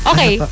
Okay